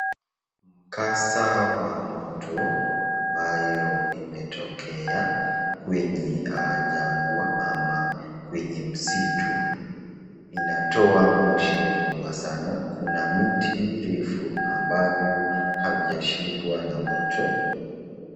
Mkasa wa moto ambayo imetokea kwenye jangwa ama kwenye msitu inatoa moshi kubwa sana . Kuna miti refu ambavyo havijashikwa na moto.